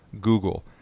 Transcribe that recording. Google